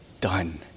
done